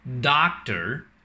Doctor